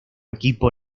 equipo